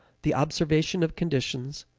the observation of conditions,